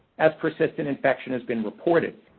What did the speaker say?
as persistent infection has been reported.